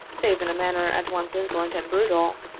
save in a manner at once insolent and brutal,